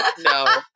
no